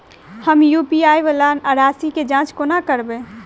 हम यु.पी.आई वला राशि केँ जाँच कोना करबै?